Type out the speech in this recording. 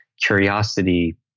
curiosity